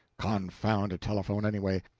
confound a telephone, anyway.